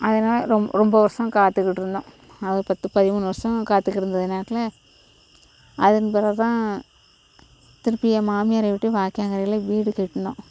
அதனால ரொம் ரொம்ப வருஷம் காத்துக்கிட்டு இருந்தோம் ஒரு பத்து பதிமூணு வருஷம் காத்துக்கிட்டு இருந்த நேரத்தில் அதன் பிறவு தான் திருப்பி என் மாமியார் வீட்டு வாய்க்காங்கரையில் வீடு கட்டினோம்